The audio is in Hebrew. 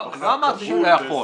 לא אמרתי שהוא לא יכול.